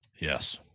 Yes